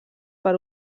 per